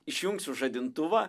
išjungsiu žadintuvą